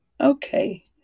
okay